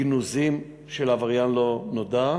גנוזים, של עבריין לא נודע,